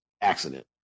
accident